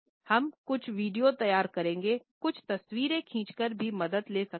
हम कुछ वीडियो तैयार करके कुछ तस्वीरें खींचकर भी मदद ले सकते हैं